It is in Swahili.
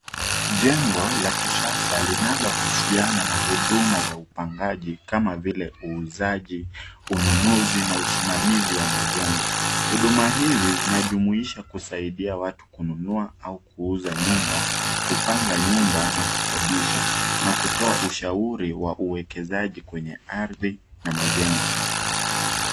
Jengo la kisasa linalohusiana na huduma za upangaji kama vile uuzaji, ununuzi na usimamizi wa majengo. Huduma hizi zinajumuisha kusaidia watu kununua au kuuza nyumba, kupanga nyumba na kukodisha na kutoa ushauri wa uwekezaji kwenye ardhi na majengo.